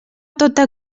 tota